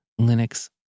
Linux